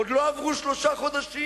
עוד לא עברו שלושה חודשים,